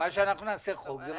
החוק שאנחנו נעשה, זה מה שיהיה.